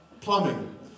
plumbing